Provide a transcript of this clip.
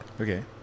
okay